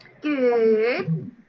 good